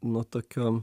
nuo tokio